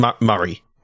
Murray